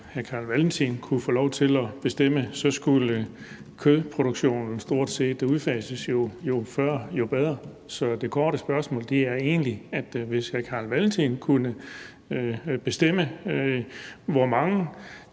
hr. Carl Valentin kunne få lov til at bestemme, skulle kødproduktionen stort set udfases – jo før, jo bedre. Så det korte spørgsmål er egentlig: Hvis hr. Carl Valentin kunne bestemme, hvor mange